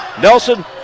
Nelson